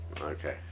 Okay